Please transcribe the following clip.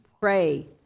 pray